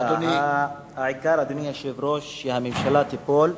העיקר, אדוני היושב-ראש, שהממשלה תיפול,